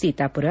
Sitapura